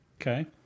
Okay